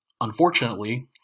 Unfortunately